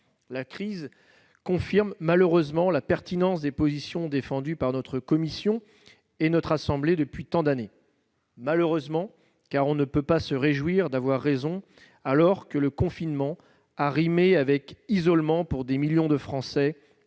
La crise confirme malheureusement la pertinence des positions défendues par notre commission et notre assemblée depuis tant d'années. « Malheureusement », car on ne peut pas se réjouir d'avoir raison, alors que confinement a rimé avec isolement pour des millions de Français